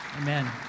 amen